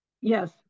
Yes